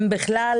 הם בכלל,